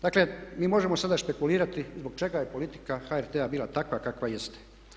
Dakle, mi možemo sada špekulirati zbog čega je politika HRT-a bila takva kakva jeste.